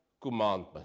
commandment